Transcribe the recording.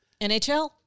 NHL